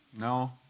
no